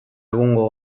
egungo